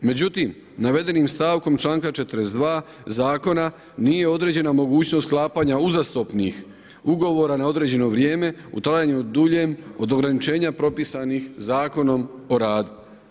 Međutim, navedenim stavkom članka 42. zakona nije određena mogućnost sklapanja uzastopnih ugovora na određeno vrijeme u trajanju duljem od ograničenja propisanih Zakonom o radu.